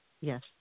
Yes